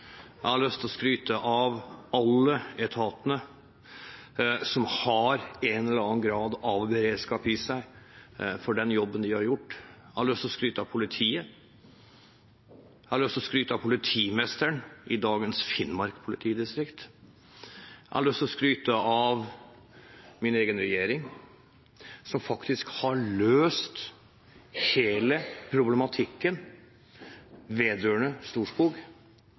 Jeg har lyst til å skryte av alle etatene som har en eller annen grad av beredskap i seg, for den jobben de har gjort. Jeg har lyst til å skryte av politiet. Jeg har lyst til å skryte av politimesteren i dagens Finnmark politidistrikt. Jeg har lyst til å skryte av min egen regjering, som faktisk har løst hele problematikken vedrørende Storskog